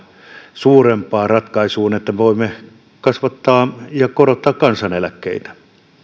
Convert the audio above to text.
suurempaan ratkaisuun että voimme kasvattaa ja korottaa kansaneläkkeitä